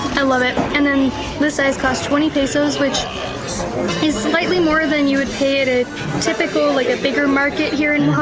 i love it, and then this size cost twenty pesos, which is slightly more than you would pay at a typical, like a bigger market here in